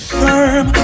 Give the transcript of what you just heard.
firm